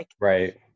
Right